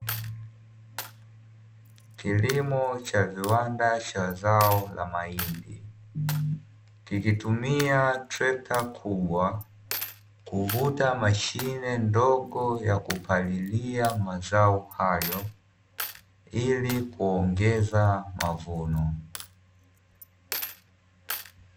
Kilimo cha viwanda cha zao la mahindi kikitumia trekta kubwa kuvuta mashine ndogo ya kupalilia mazao hayo, ili kuongeza mavuno.